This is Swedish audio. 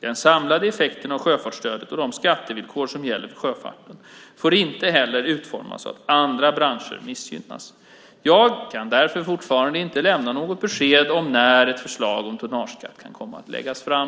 Den samlade effekten av sjöfartsstödet och de skattevillkor som gäller för sjöfarten får inte heller utformas så att andra branscher missgynnas. Jag kan därför fortfarande inte lämna något besked om när ett förslag om tonnageskatt kan komma att läggas fram.